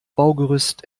baugerüst